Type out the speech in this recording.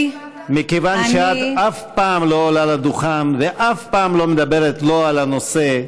מכיוון שאת אף פעם לא עולה לדוכן ומדברת לא על הנושא,